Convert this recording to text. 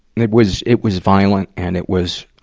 and it was, it was violent and it was,